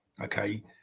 okay